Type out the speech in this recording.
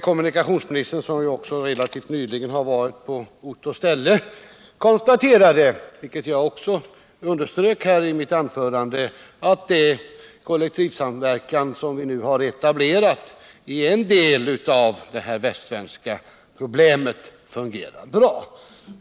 Kommunikationsministern, som relativt nyligen har varit på ort och ställe, konstaterade — vilket jag också underströk i mitt anförande — att den kollektivtrafiksamverkan som vi nu har etablerat i en del av det västsvenska problemområdet fungerar bra.